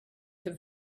have